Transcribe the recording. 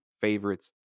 favorites